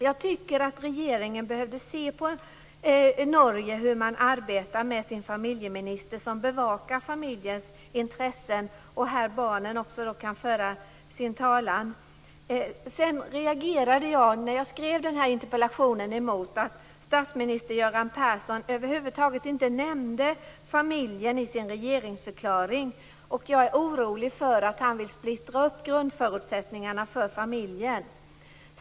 Jag tycker att regeringen kunde se på hur man i arbetar i Norge. Där har man en familjeminister som bevakar familjens intressen, och där kan också barnen föra sin talan. När jag skrev den här interpellationen reagerade jag också emot att statsminister Göran Persson över huvud taget inte nämnde familjen i sin regeringsförklaring. Jag är orolig för att han vill splittra upp grundförutsättningarna för familjen.